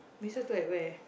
this still at where